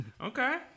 okay